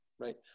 right